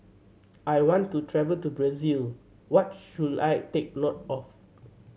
I want to travel to Brazil what should I take note of